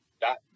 dot